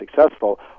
successful